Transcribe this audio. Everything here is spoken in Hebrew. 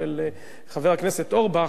של חבר הכנסת אורבך,